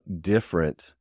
different